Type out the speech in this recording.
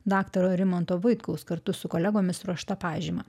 daktaro rimanto vaitkaus kartu su kolegomis ruošta pažyma